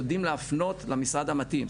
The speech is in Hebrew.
יודעים להפנות למשרד המתאים.